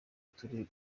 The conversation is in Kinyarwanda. turi